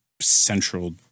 central